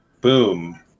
Boom